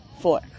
four